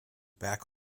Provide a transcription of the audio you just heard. back